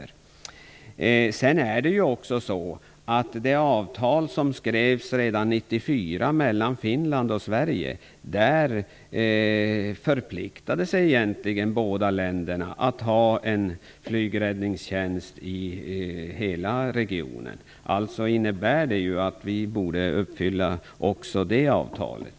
I det avtal som skrevs redan 1994 mellan Finland och Sverige förpliktade sig båda länderna egentligen att ha en flygräddningstjänst i hela regionen. Det innebär att vi borde uppfylla också det avtalet.